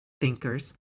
thinkers